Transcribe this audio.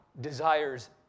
desires